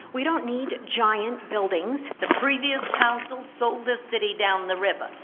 we don't need giant buildings the previous council sold the city down the river.